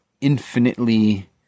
infinitely